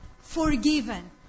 forgiven